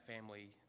family